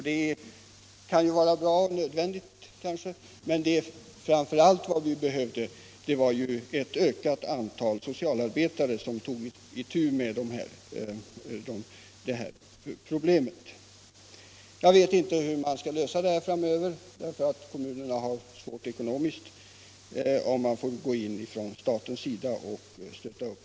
Det kan vara bra och kanske även nödvändigt, men vad vi framför allt behöver är ett större antal socialarbetare, som tar itu med detta problem. Jag vet inte hur man skall lösa denna fråga. Kommunerna har det svårt ekonomiskt, och staten måste kanske gå in med ett stöd.